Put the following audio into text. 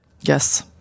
Yes